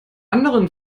anderen